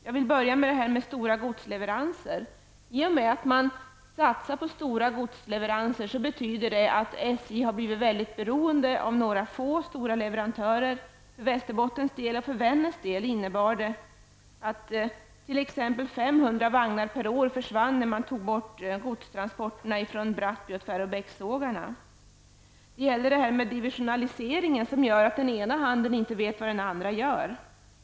Jag börjar med stora godsleveranser. I och med att SJ har satsat på stora godsleveranser har SJ blivit beroende av några få stora leverantörer. För Västerbottens och Vännäs del innebar det att t.ex. 500 vagnar per år försvann när godstransporterna från Brattby och Tväråbäcksågarna togs bort. Divisionaliseringen gör att den ena handen inte vet vad den andra gör.